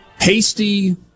Hasty